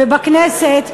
ובכנסת,